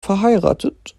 verheiratet